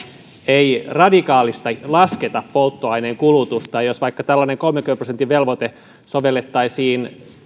ei radikaalisti lasketa polttoaineen kulutusta jos vaikka tällaista kolmenkymmenen prosentin velvoitetta sovellettaisiin